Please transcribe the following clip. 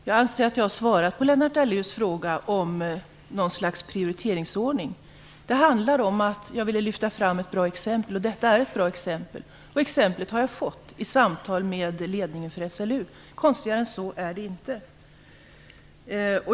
Herr talman! Jag anser att jag har svarat på Lennart Daléus fråga om något slags prioriteringsordning. Det handlar om att jag ville lyfta fram ett bra exempel. Bispgården är ett bra exempel, och det exemplet har jag fått i samtal med ledningen för SLU. Konstigare än så är det inte.